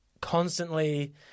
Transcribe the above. constantly